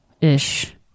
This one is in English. ish